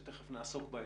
שתכף נעסוק בהן,